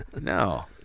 No